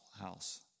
house